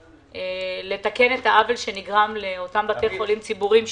לתקן את העוול שנגרם לאותם בתי חולים ציבוריים,